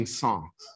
songs